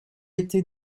été